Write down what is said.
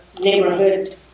neighborhood